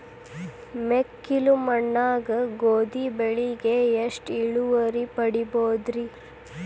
ಮೆಕ್ಕಲು ಮಣ್ಣಾಗ ಗೋಧಿ ಬೆಳಿಗೆ ಎಷ್ಟ ಇಳುವರಿ ಪಡಿಬಹುದ್ರಿ?